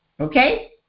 Okay